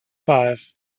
five